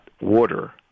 water